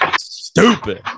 stupid